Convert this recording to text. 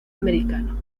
americano